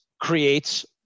creates